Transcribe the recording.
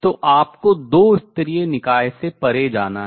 तो आपको दो स्तरीय निकाय से परे जाना है